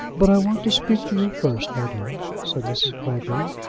but i want to speak to you first, my dear, said mrs. clavering.